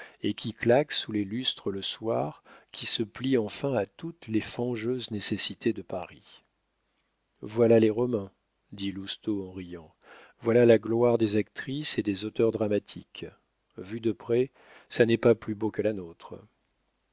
et qui claque sous les lustres le soir qui se plie enfin à toutes les fangeuses nécessités de paris voilà les romains dit lousteau en riant voilà la gloire des actrices et des auteurs dramatiques vu de près ça n'est pas plus beau que la nôtre